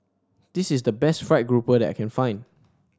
this is the best fried grouper that I can find